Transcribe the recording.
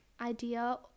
idea